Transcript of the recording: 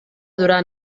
durar